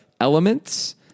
elements